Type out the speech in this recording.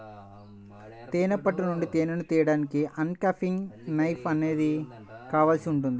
తేనె పట్టు నుంచి తేనెను తీయడానికి అన్క్యాపింగ్ నైఫ్ అనేది కావాల్సి ఉంటుంది